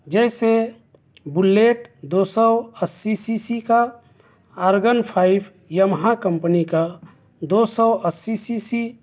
جیسے بلیٹ دو سو اَسی سی سی کا ارگن فائف یمہا کمپنی کا دو سو اَسی سی سی